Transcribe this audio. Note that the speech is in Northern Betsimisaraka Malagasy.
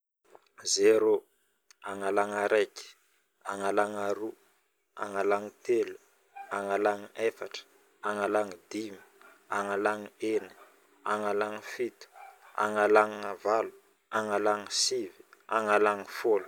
Zéro, agnalana araiky, agnalana aroa, agnalana telo, agnalana efatra, agnalana dimy, agnalana eni, agnalana fito, agnalana valo, agnalana sivy, agnalana folo.